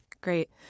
Great